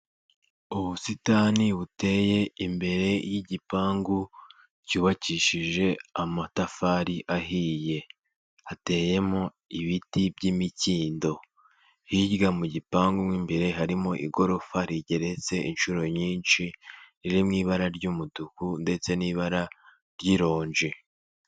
Ubusitani buteye imbere y'igipangu cyubakishije amatafari ahiye hateyemo ibiti by'imikindo hirya mu gipangu imbere harimo igorofa rigeretse inshuro nyinshi, riri m'ibara ry'umutuku ndetse n'ibara ry'ironji.